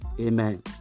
Amen